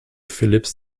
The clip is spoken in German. phillips